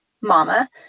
mama